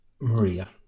Maria